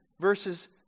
verses